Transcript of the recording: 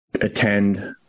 attend